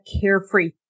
carefree